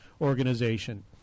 organization